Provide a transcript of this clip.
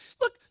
Look